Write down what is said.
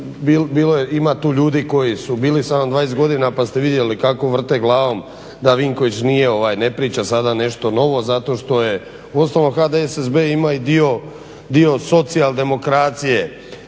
ali evo ima tu ljudi koji su bili sa mnom 20 godina pa ste vidjeli kako vrte glavom da Vinković ne priča sada nešto novo zato što je. Uostalom HDSSB ima i dio socijaldemokracije